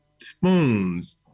spoons